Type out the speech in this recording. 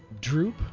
droop